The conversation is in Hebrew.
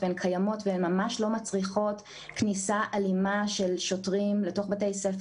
אני מציע שלירן יאמר מבחינה משפטית.